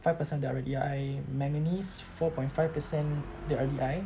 five percent of the R_D_I manganese four point five percent of the R_D_I